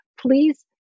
please